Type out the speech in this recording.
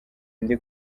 ndi